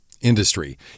Industry